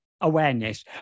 awareness